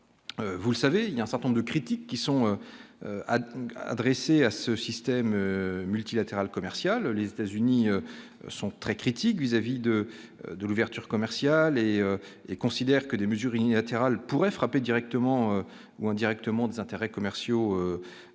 Vous savez, il y a un certain nombre de critiques qui sont à adresser à ce système multilatéral commercial, les États-Unis sont très critiques vis-à-vis de de l'ouverture commerciale et et considère que les mesures il Natural pourrait frapper directement ou indirectement des intérêts commerciaux